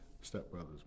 stepbrother's